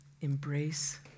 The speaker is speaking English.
embrace